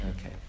Okay